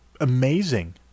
amazing